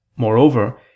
Moreover